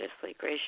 graciously